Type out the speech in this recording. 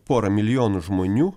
porą milijonų žmonių